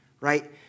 right